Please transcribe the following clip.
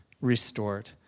restored